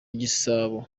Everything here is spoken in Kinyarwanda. igisabo